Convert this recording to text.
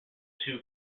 two